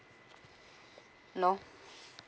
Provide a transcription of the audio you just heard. no